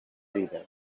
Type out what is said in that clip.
vida